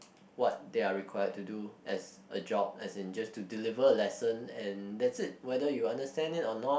what they are required to do as a job as in just to deliver a lesson and that's it whether you understand it or not